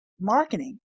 marketing